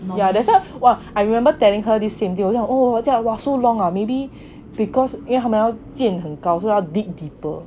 yeah that's why 我 I remember telling her this same thing oh !wah! so long ah maybe because 他们要建高所以要 dig deeper